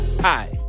Hi